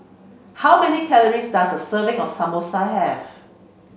how many calories does a serving of Samosa have